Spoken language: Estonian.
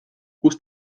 kus